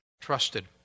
Trusted